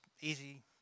easy